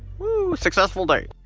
woo, successful day.